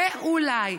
ואולי.